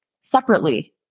separately